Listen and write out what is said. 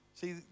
See